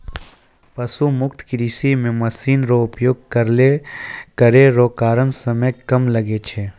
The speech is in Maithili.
पशु मुक्त कृषि मे मशीन रो उपयोग करै रो कारण समय कम लागै छै